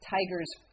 Tiger's